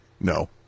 no